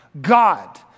God